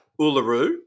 Uluru